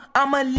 I'ma